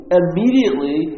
immediately